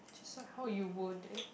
just like how you would